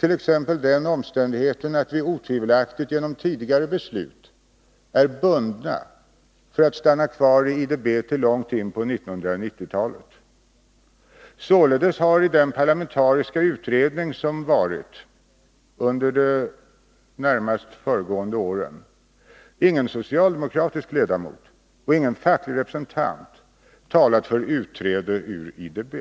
t.ex. den omständigheten att vi otvivelaktigt genom tidigare beslut är bundna att stanna kvar i IDB långt in på 1990-talet. Således har i den parlamentariska utredning som arbetat under de närmast föregående åren ingen socialdemokratisk ledamot och ingen facklig representant talat för utträde ur IDB.